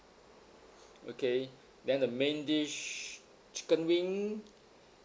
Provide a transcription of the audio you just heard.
okay then the main dish chicken wing